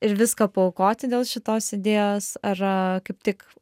ir viską paaukoti dėl šitos idėjos ar kaip tik